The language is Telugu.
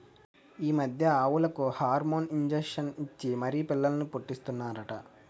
ఈ మధ్య ఆవులకు హార్మోన్ ఇంజషన్ ఇచ్చి మరీ పిల్లల్ని పుట్టీస్తన్నారట